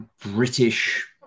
British